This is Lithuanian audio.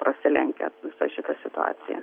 prasilenkia su šita situacija